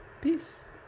Peace